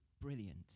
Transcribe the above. brilliant